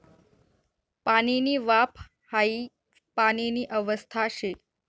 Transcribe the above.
पाणीनी वाफ हाई पाणीनी अवस्था शे